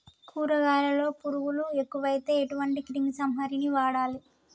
కూరగాయలలో పురుగులు ఎక్కువైతే ఎటువంటి క్రిమి సంహారిణి వాడాలి?